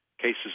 cases